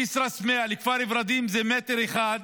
כסרא-סמיע לכפר ורדים זה מטר אחד,